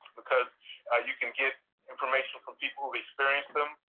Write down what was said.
because you can get information from people who experience them.